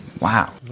Wow